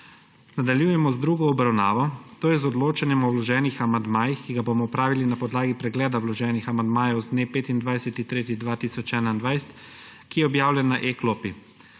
Nadaljujemo z drugo obravnavo, to je z odločanjem o vloženih amandmajih, ki ga bomo opravili na podlagi pregleda vloženih amandmajev z dne 25. 3. 2021, ki je objavljen na e-klopi.